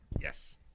Yes